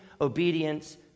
obedience